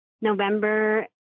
November